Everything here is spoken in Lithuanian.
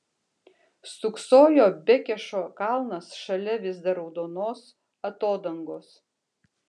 stūksojo bekešo kalnas šalia vis dar raudonos atodangos